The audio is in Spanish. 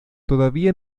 todavía